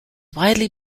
widely